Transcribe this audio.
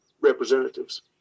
representatives